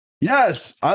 Yes